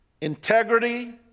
integrity